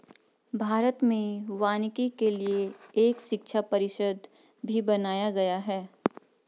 भारत में वानिकी के लिए एक शिक्षा परिषद भी बनाया गया है